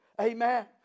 Amen